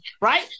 Right